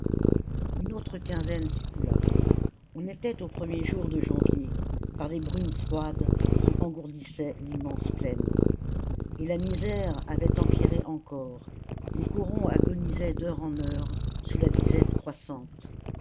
une autre quinzaine s'écoula on était aux premiers jours de janvier par des brumes froides qui engourdissaient l'immense plaine et la misère avait empiré encore les corons agonisaient d'heure en heure sous la disette croissante